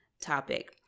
topic